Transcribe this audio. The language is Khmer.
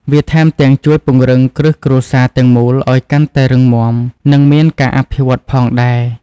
វាថែមទាំងជួយពង្រឹងគ្រឹះគ្រួសារទាំងមូលឱ្យកាន់តែរឹងមាំ និងមានការអភិវឌ្ឍន៍ផងដែរ។